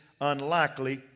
unlikely